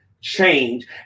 change